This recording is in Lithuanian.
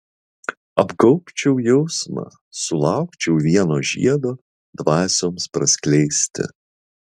apgaubčiau jausmą sulaukčiau vieno žiedo dvasioms praskleisti